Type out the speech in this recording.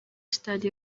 stade